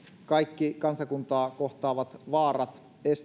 kaikki kansakuntaa kohtaavat vaarat estämään